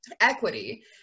equity